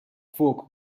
fork